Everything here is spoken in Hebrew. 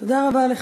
תודה רבה לך.